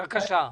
ראשית,